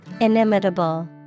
Inimitable